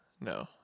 no